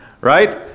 right